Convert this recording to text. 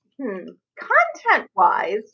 Content-wise